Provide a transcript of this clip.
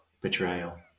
Betrayal